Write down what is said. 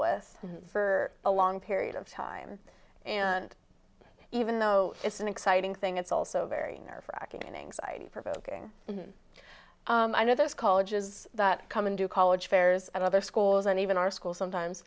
with for a long period of time and even though it's an exciting thing it's also very nerve wracking and anxiety provoking and i know there's colleges that come into college fairs and other schools and even our schools sometimes